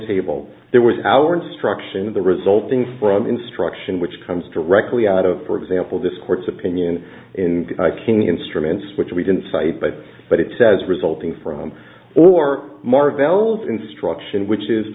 table there was our instruction in the resulting from instruction which comes directly out of for example this court's opinion in king instruments which we didn't cite but but it says resulting from or marvell's instruction which is